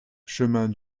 chemin